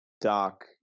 Doc